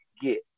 get